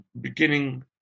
beginning